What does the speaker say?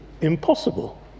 impossible